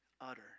utter